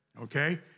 okay